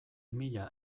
mila